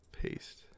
Paste